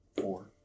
Four